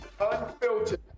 unfiltered